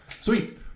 Sweet